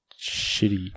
shitty